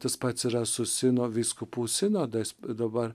tas pats yra sino vyskupų sinodas dabar